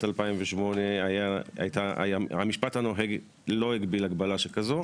2008 המשפט הנוהג לא הגביל הגבלה שכזאת,